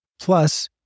Plus